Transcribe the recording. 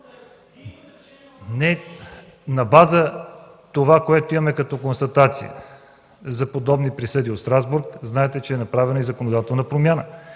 Не, на база това, което имаме като констатации за подобни присъди от Страсбург, знаете, че е направена и законодателна промяна.